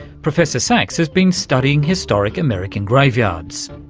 professor sachs has been studying historic american graveyards.